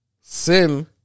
Sin